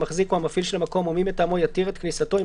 המחזיק או המפעיל של המקום או מי מטעמו יתיר את כניסתו אם